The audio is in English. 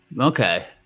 Okay